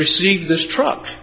receive this truck